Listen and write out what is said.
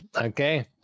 Okay